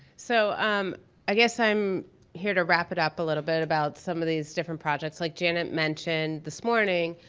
so um i guess i'm here to wrap it up a little bit about some of these different projects like janet mentioned this morning